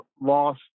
lost